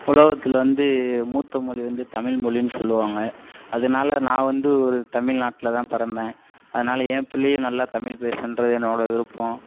உலகத்தில் வந்து மூத்த மொழி வந்து தமிழ் மொழின்னு சொல்லுவாங்க அதனால நான் வந்து ஒரு தமிழ் நாட்டில்தான் பிறந்தேன் அதனால என் பிள்ளையும் நல்லா தமிழ் பேசணுகிறது என்னோட விருப்பம்